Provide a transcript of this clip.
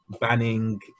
banning